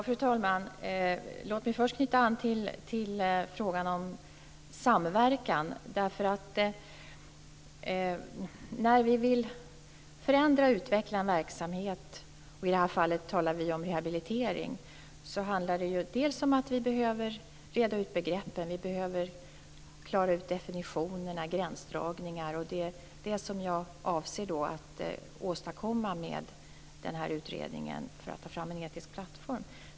Fru talman! Låt mig först knyta an till frågan om samverkan. När vi vill förändra och utveckla en verksamhet, i det här fallet rehabilitering, handlar det om att vi behöver reda ut begreppen, klara ut definitionerna och gränsdragningarna. Det är vad jag avser att åstadkomma med utredningen för att ta fram en etisk plattform.